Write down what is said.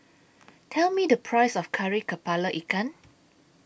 Tell Me The Price of Kari Kepala Ikan